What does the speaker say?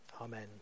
amen